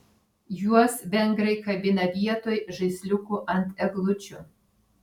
juos vengrai kabina vietoj žaisliukų ant eglučių